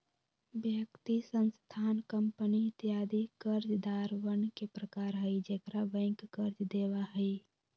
व्यक्ति, संस्थान, कंपनी इत्यादि कर्जदारवन के प्रकार हई जेकरा बैंक कर्ज देवा हई